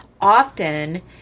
often